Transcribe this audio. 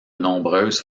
nombreuses